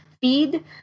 feed